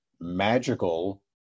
magical